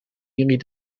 jullie